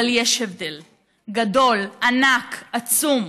אבל יש הבדל גדול, ענק, עצום,